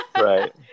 right